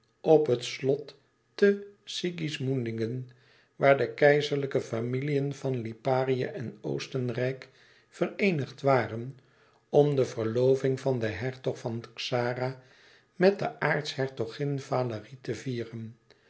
op het slot te sigismundingen waar de keizerlijke familiën van liparië en oostenrijk vereenigd waren om de verloving van den hertog van xara met de aartshertogin valérie te vieren